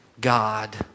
God